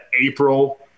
April